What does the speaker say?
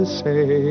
say